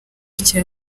cya